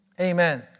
Amen